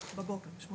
בבוקר, בשמונה.